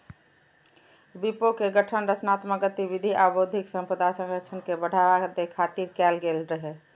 विपो के गठन रचनात्मक गतिविधि आ बौद्धिक संपदा संरक्षण के बढ़ावा दै खातिर कैल गेल रहै